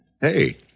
Hey